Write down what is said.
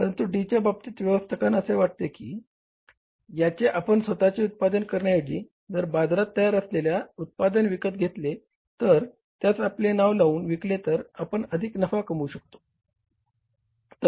परंतु D च्या बाबतीत व्यवस्थापकांना असे वाटते की याचे आपण स्वतः उत्पादन करण्याऐवजी जर बाजारात तयार झालेले उत्पादन विकत घेतले व त्यास आपले नाव लावून विकले तर आपण अधिक नफा कमवू शकतो